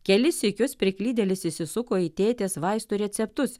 kelis sykius priklydėlis įsisuko į tėtės vaistų receptus